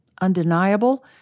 undeniable